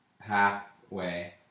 Halfway